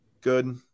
Good